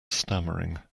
stammering